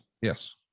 yes